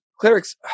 clerics